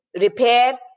repair